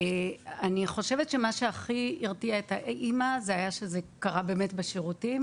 אני חושבת שמה שהכי הרתיע את האם זה שזה קרה בחדר השירותים,